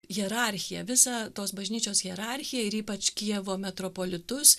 hierarchiją visą tos bažnyčios hierarchiją ir ypač kijevo metropolitus